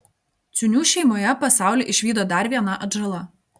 ciūnių šeimoje pasaulį išvydo dar viena atžala